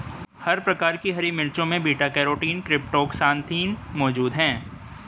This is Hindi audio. हर प्रकार की हरी मिर्चों में बीटा कैरोटीन क्रीप्टोक्सान्थिन मौजूद हैं